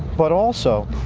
but also,